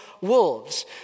wolves